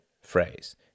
phrase